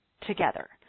together